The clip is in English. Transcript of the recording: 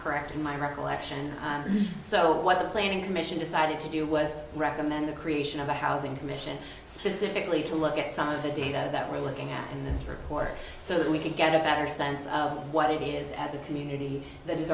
correct in my recollection so what the planning commission decided to do was recommend the creation of a housing commission specifically to look at some of the data that we're looking at in this report so that we can get a better sense of what it is as a community that is